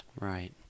Right